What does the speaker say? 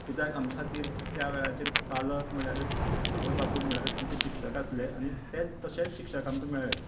कित्याक आमचे खातीर त्या वेळाचेर पालक म्हणल्यारच आवय बापूय म्हणल्यारच आमचे शिक्षक आसले आनी तेच तशेच शिक्षक आमकां मेळ्ळे